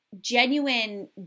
genuine